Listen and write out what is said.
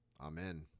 Amen